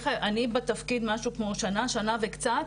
אני בתפקיד משהו כמו שנה וקצת,